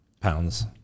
pounds